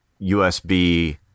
USB